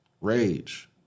rage